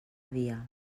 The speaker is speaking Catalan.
dia